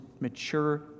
mature